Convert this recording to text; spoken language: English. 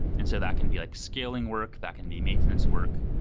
and so, that can be like scaling work. that can be maintenance work.